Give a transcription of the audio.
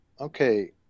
Okay